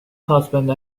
husband